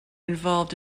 involved